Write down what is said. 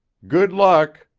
good luck,